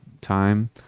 time